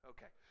Okay